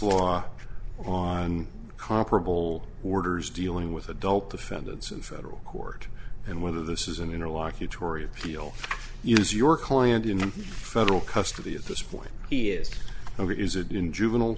law on comparable borders dealing with adult defendants in federal court and whether this is an interlocutory appeal use your client in federal custody at this point he is over is it in juvenile